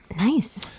Nice